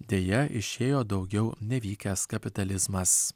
deja išėjo daugiau nevykęs kapitalizmas